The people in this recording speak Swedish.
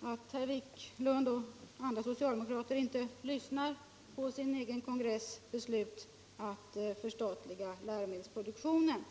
att herr Wiklund och andra socialdemokrater inte lyssnar på den egna partikongressen när den beslutar att förstatliga läromedelsproduktionen.